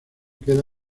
queda